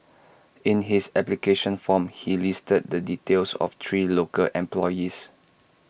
in his application form he listed the details of three local employees